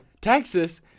Texas